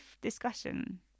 discussion